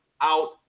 out